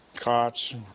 cots